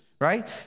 right